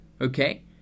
Okay